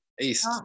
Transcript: East